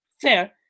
Fair